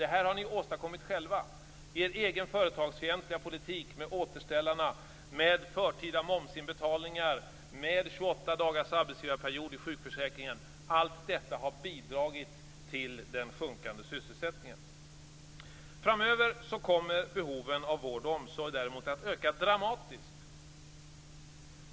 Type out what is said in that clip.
Det här har ni åstadkommit själva, med er egen företagsfientliga politik, med återställarna, med förtida momsinbetalningar, med 28 dagars arbetsgivarperiod i sjukförsäkringen. Allt detta har bidragit till den sjunkande sysselsättningen. Framöver kommer behoven av vård och omsorg däremot att öka dramatiskt.